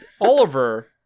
oliver